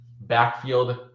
backfield